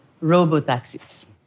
robo-taxis